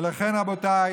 לכן, רבותיי,